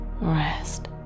rest